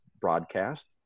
broadcast